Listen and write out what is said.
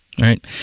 Right